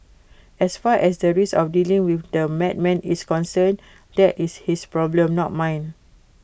as far as the risk of dealing with A madman is concerned that is his problem not mine